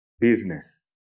business